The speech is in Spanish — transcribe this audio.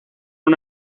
una